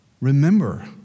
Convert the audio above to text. Remember